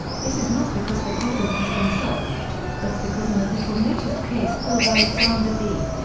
this is not because the problem has been solved, but because in a little noticed case called alexander v.